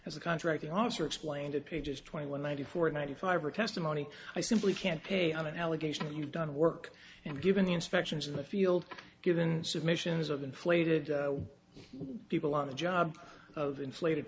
the contracting officer explained to pages twenty one ninety four ninety five are testimony i simply can't pay on an allegation that you've done work and given the inspections of the field given submissions of inflated people on the job of inflated